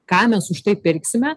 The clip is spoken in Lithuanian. ką mes už tai pirksime